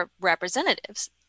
representatives